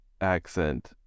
accent